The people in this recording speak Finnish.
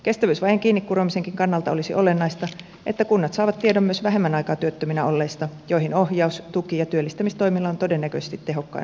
kestävyysvajeen kiinni kuromisenkin kannalta olisi olennaista että kunnat saavat tiedon myös vähemmän aikaa työttöminä olleista joihin ohjaus tuki ja työllistämistoimilla on todennäköisesti tehokkain vaikutus